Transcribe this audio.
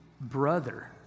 brother